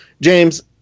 James